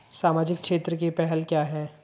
सामाजिक क्षेत्र की पहल क्या हैं?